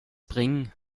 bringen